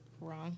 Wrong